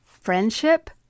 friendship